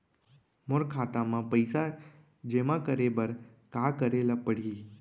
मोर खाता म पइसा जेमा करे बर का करे ल पड़ही?